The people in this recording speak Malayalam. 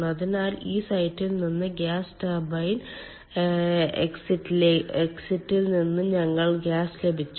അതിനാൽ ഈ സൈറ്റിൽ നിന്ന് ഗ്യാസ് ടർബൈൻ എക്സിറ്റിൽ നിന്ന് ഞങ്ങൾക്ക് ഗ്യാസ് ലഭിച്ചു